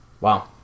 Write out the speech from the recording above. Wow